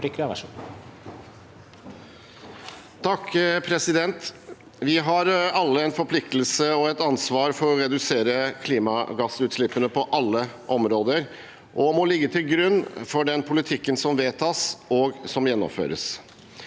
for saken): Vi har alle en forpliktelse til og et ansvar for å redusere klimagassutslippene på alle områder, og det må ligge til grunn for den politikken som vedtas, og som gjennomføres.